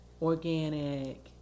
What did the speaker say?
Organic